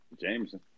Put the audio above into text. Jameson